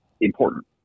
important